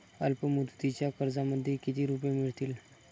अल्पमुदतीच्या कर्जामध्ये किती रुपये मिळतील?